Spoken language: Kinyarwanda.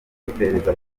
iperereza